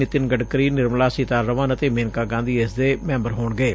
ਨਿਤਿਨ ਗਡਕਰੀ ਨਿਰਮਲਾ ਸੀਤਾਰਮਨ ਅਤੇ ਮੇਨਕਾ ਗਾਂਧੀ ਇਸ ਦੇ ਮੈਂਬਰ ਹੋਣਗੇ